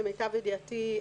למיטב ידיעתי,